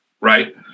right